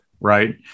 right